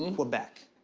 um quebec.